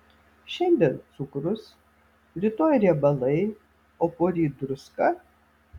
šiandien cukrus rytoj riebalai o poryt druska